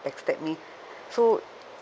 backstab me so